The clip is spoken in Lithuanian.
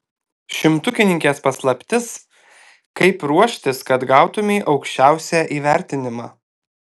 šimtukininkės paslaptis kaip ruoštis kad gautumei aukščiausią įvertinimą